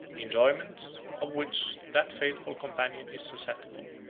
enjoyments of which that faithful companion is susceptible.